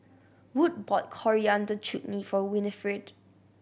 Wood bought Coriander Chutney for Winnifred